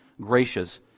gracious